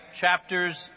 chapters